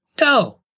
No